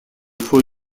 faux